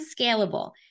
scalable